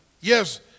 Yes